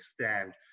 stand